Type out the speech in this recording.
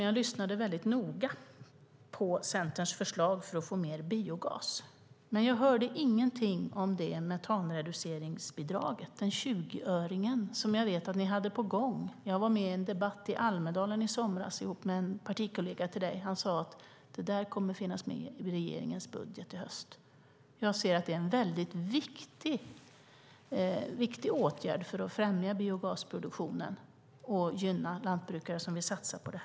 Jag lyssnade dock mycket noga till Centerns förslag för att få mer biogas, men jag hörde ingenting om det metanreduceringsbidrag, 20-öringen, som jag vet att ni hade på gång. Jag var med i en debatt i Almedalen i somras ihop med en partikollega till dig. Han sade att detta skulle finnas med i regeringens budget i höst. Jag ser att det är en väldigt viktig åtgärd för att främja biogasproduktionen och gynna lantbrukare som vill satsa på det.